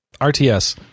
RTS